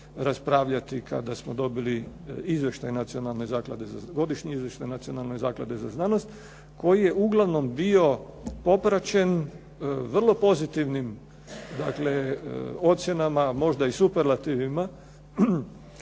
raspravljati kada smo dobili Izvještaj godišnje Nacionalne zaklade za znanost koji je uglavnom bio popraćen vrlo pozitivnim ocjenama možda i superlativima